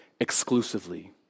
exclusively